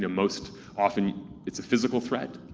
yeah most often it's a physical threat,